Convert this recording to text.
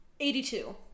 82